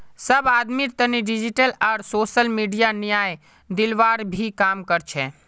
सब आदमीर तने डिजिटल आर सोसल मीडिया न्याय दिलवार भी काम कर छे